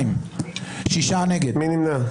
מי נמנע?